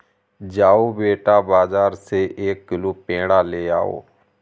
जाओ बेटा, बाजार से एक किलो पेड़ा ले आओ